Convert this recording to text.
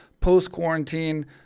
post-quarantine